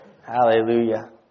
hallelujah